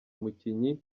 umukinyi